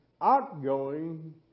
outgoing